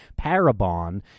Parabon